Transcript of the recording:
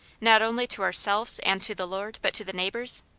not only to ourselves and to the lord, but to the neighbours?